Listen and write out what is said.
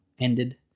ended